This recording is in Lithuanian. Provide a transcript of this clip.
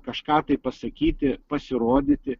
kažką tai pasakyti pasirodyti